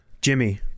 Jimmy